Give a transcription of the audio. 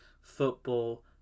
football